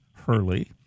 Hurley